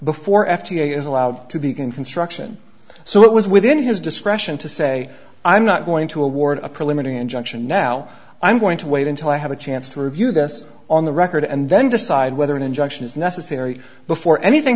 before f d a is allowed to begin construction so it was within his discretion to say i'm not going to award a preliminary injunction now i'm going to wait until i have a chance to review this on the record and then decide whether an injunction is necessary before anything